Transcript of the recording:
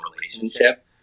relationship